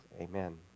Amen